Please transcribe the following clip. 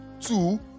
two